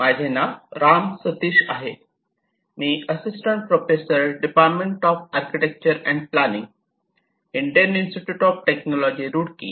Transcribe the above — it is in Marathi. माझे नाव राम सतीश आहे मी assistant professor department of architecture and planning Indian Institute of Technology Roorkee